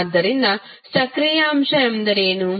ಆದ್ದರಿಂದ ಸಕ್ರಿಯ ಅಂಶ ಎಂದರೇನು